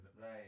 Right